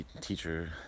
teacher